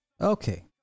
Okay